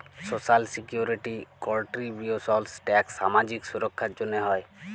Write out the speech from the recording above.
social security contributions tax সামাজিক সুরক্ষার জ্যনহে হ্যয়